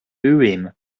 urim